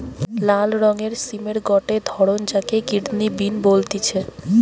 লাল রঙের সিমের গটে ধরণ যাকে কিডনি বিন বলতিছে